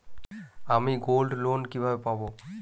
আমি গোল্ডলোন কিভাবে পাব?